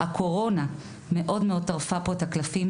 אבל הקורונה טרפה את הקלפים.